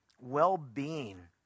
well-being